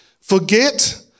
Forget